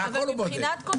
הכל הוא בודק.